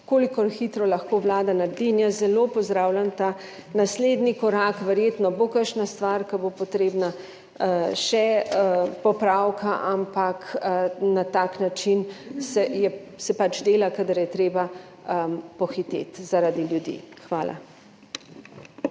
kolikor hitro lahko Vlada naredi in jaz zelo pozdravljam ta naslednji korak. Verjetno bo kakšna stvar, ki bo potrebna, še popravka, ampak na tak način se pač dela, kadar je treba pohiteti zaradi ljudi. Hvala.